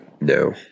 No